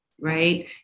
right